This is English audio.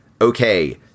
okay